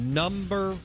number